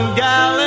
gal